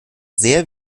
sehr